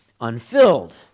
unfilled